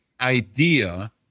idea